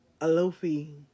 Alofi